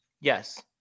yes